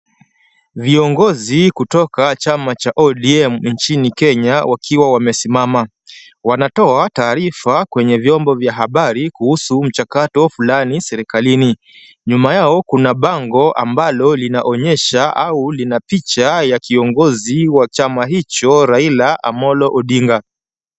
Viongozi kutoka chama cha ODM nchini Kenya wakiwa wamesimama. Wanatoa taarifa kwenye vyombo vya habari kuhusu mchakato fulani serikalini. Nyuma yao kuna bango ambalo linaonyesha au lina picha ya kiongozi wa chama hicho, Raila Amolo Odinga.